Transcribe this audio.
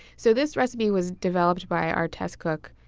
so this recipe was developed by our test cook,